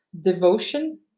devotion